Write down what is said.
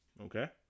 Okay